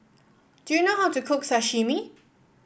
do you know how to cook Sashimi